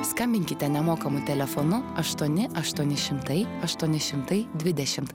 skambinkite nemokamu telefonu aštuoni aštuoni šimtai aštuoni šimtai dvidešimt